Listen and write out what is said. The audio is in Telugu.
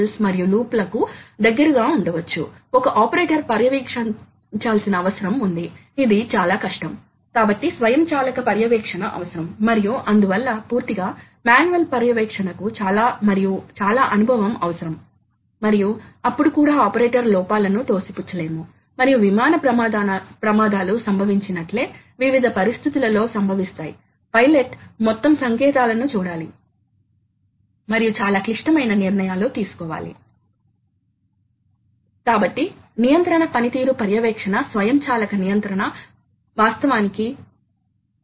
ఇప్పుడు ఇవి మళ్ళీ ఈ మూలం ద్వారా నియంత్రించబడతాయి కాబట్టి ఇవి ఈ కంట్రోల్ ఎలక్ట్రాన్లు మరియు పవర్ ఎలక్ట్రానిక్స్ తరచుగా మైక్రోప్రాసెసర్ ఆధారితచే నియంత్రించబడతాయి కొన్నిసార్లు ఈ సందర్భంలో అవి ఆధునిక యంత్రాలు ఇవి DSP ఆధారిత లేదా డిజిటల్ సిగ్నల్ ప్రాసెసర్ ఆధారిత డ్రైవ్లుగా మారుతున్నాయి ఇవి ఈ యంత్రానికి చాలా అధునాతన నియంత్రణ ను అందించగలవు